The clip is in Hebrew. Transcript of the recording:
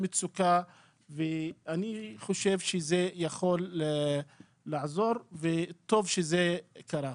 אני מכיר את המצוקה ואני חושב שזה יכול לעזור וטוב שזה קרה.